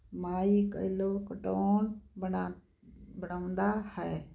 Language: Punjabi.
ਮਾਈਕੈਲੋਕਟੋਨ ਬਣਾ ਬਣਾਉਂਦਾ ਹੈ